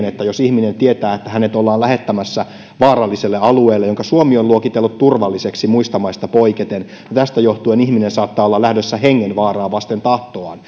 että jos ihminen tietää että hänet ollaan lähettämässä vaaralliselle alueelle jonka suomi on luokitellut turvalliseksi muista maista poiketen niin tästä johtuen ihminen saattaa olla lähdössä hengenvaaraan vasten tahtoaan